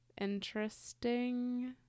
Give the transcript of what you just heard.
interesting